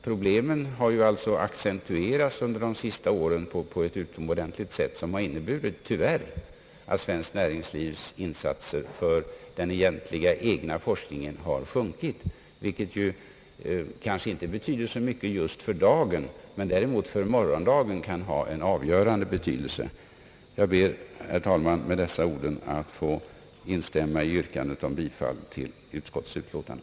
Problemen har accentuerats under de senaste åren på ett utomordentligt sätt, vilket tyvärr har inneburit att svenskt näringslivs insat ser för den egentliga egna forskningen sjunkit. Det betyder kanske inte så mycket just för dagen, men för morgondagen kan det däremot ha en avgörande betydelse. Jag ber, herr talman, med dessa ord att få instämma i yrkandet om bifall till bevillningsutskottets betänkande.